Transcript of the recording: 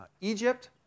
Egypt